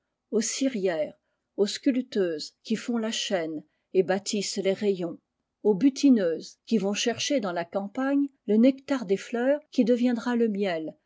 aux cirières aux sculpteuses qui font la chaîne et bâtissent les rayons aux butineuses qui vont chercher dans la campagne le nectar des fleurs qui deviendra le miel